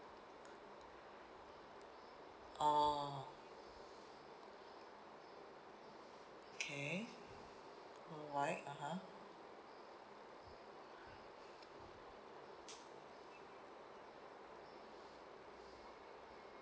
oh okay alright (uh huh)